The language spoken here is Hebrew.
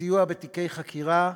כסיוע בתיקי חקירה,